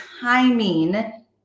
timing